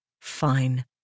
Fine